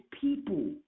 people